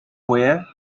were